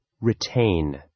Retain